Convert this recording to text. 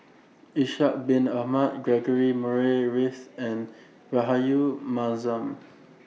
Ishak Bin Ahmad Murray Reith and Rahayu Mahzam